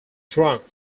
drunk